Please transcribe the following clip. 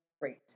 great